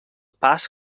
pas